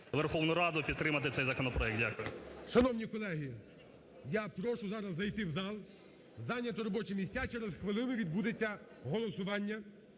Верховну Раду підтримати цей законопроект. Дякую. ГОЛОВУЮЧИЙ. Шановні колеги, я прошу зараз зайти в зал, зайняти робочі місця. Через хвилину відбудеться голосування.